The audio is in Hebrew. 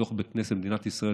בתוך בית כנסת במדינת ישראל,